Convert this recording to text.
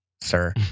sir